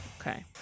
Okay